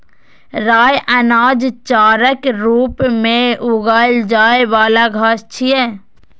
राइ अनाज, चाराक रूप मे उगाएल जाइ बला घास छियै